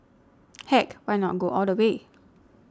heck why not go all the way